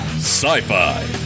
Sci-fi